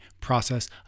process